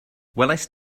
welaist